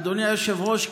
אדוני היושב-ראש,